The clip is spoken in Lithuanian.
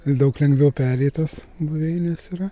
daug lengviau pereitas buveinės yra